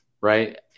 Right